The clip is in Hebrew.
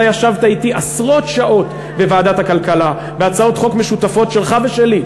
אתה ישבת אתי עשרות שעות בוועדת הכלכלה בהצעות חוק משותפות שלך ושלי,